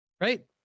right